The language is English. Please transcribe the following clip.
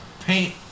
paint